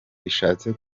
bishatse